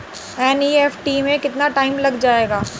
NEFT में कितना time लग जाएगा?